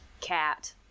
cat